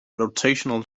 rotational